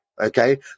okay